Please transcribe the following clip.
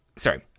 Sorry